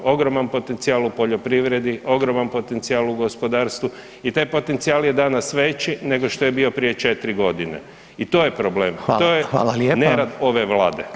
Ogroman potencijal u poljoprivredi, ogroman potencijal u gospodarstvu i taj potencijal je danas veći nego što je bio prije 4 godine i to je problem [[Upadica: Hvala, hvala lijepa.]] to je nerad ove Vlade.